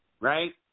right